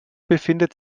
befindet